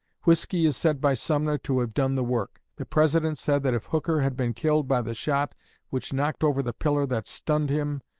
whiskey is said by sumner to have done the work. the president said that if hooker had been killed by the shot which knocked over the pillar that stunned him,